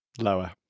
Lower